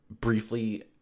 briefly